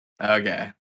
Okay